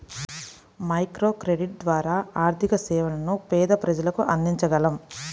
microcredit ద్వారా ఆర్థిక సేవలను పేద ప్రజలకు అందించగలం